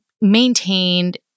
maintained